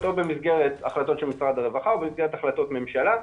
או במסגרת החלטות של משרד הרווחה או במסגרת החלטות ממשלה,